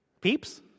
Peeps